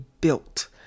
built